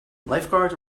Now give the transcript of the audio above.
lifeguards